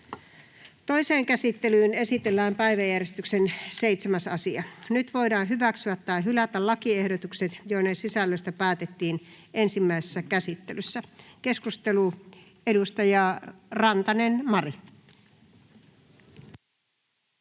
Toiseen käsittelyyn esitellään päiväjärjestyksen 7. asia. Nyt voidaan hyväksyä tai hylätä lakiehdotukset, joiden sisällöstä päätettiin ensimmäisessä käsittelyssä. — Keskustelu, edustaja Rantanen, Mari.